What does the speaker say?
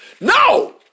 No